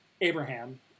Abraham